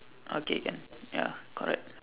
okay can ya correct